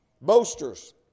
boasters